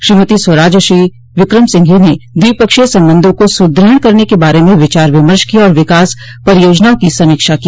श्रीमती स्वराज और श्री विक्रमसिंघे ने द्विपक्षीय संबंधों को सुदृढ़ करने के बारे में विचार विमर्श किया और विकास परियोजनाओं की समीक्षा की